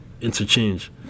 interchange